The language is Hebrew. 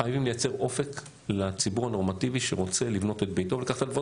חייבים לייצר אופק לציבור הנורמטיבי שרוצה לבנות את ביתו ולקחת הלוואות